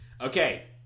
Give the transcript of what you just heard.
Okay